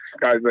guys